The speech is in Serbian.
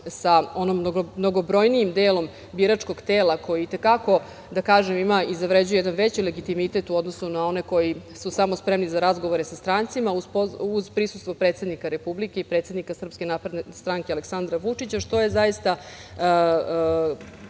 sa onim mnogobrojnijim delom biračkog tela koji i te kako, da kažem, ima i zavređuje jedan veći legitimitet u odnosu na one koji su samo spremni za razgovore sa strancima uz prisustvo predsednika Republike i predsednika SNS, Aleksandra Vučića, što zaista